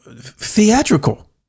theatrical